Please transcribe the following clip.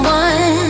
one